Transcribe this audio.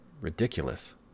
ridiculous